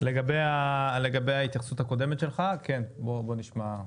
לגבי ההתייחסות הקודמת שלך, כן בוא נשמע.